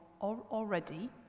already